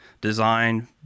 design